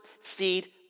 seed